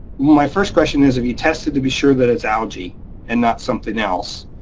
my first question is, have you tested to be sure that it's algae and not something else?